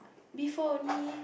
B four only